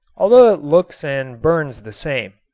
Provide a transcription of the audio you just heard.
although it looks and burns the same.